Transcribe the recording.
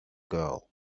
girl